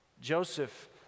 Joseph